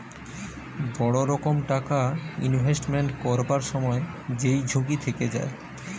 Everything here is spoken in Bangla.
বড় রকম টাকা ইনভেস্টমেন্ট করবার সময় যেই ঝুঁকি থেকে যায়